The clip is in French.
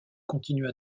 continua